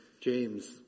James